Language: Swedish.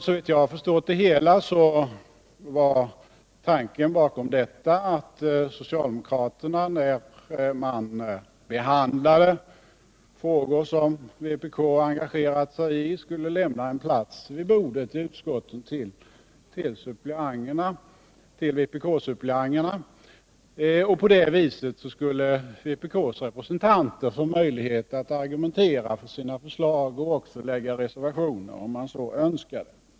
Såvitt jag förstått det hela var tanken att socialdemokraterna när ett utskott behandlade frågor som vpk engagerat sig i skulle lämna en plats vid bordet till vpk-suppleanten. På det sättet skulle vpk:s representanter få möjligheter att argumentera för sina förslag och även avge reservationer, om de så önskade.